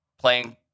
playing